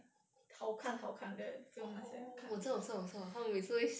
好看好看 then film 那些好看